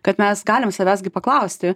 kad mes galim savęs gi paklausti